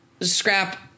scrap